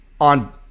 on